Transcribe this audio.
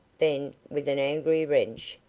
then, with an angry wrench,